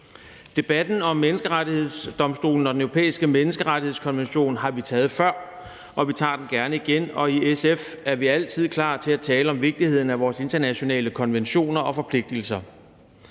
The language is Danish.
Debatten om Menneskerettighedsdomstolen og Den Europæiske Menneskerettighedskonvention har vi taget før, og vi tager den gerne igen, og i SF er vi altid klar til at tale om vigtigheden af vores internationale konventioner og forpligtigelser.